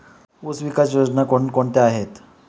ऊसविकास योजना कोण कोणत्या आहेत?